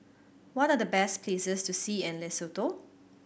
what are the best places to see in Lesotho